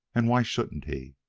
and why shouldn't he?